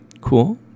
cool